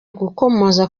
gukomoza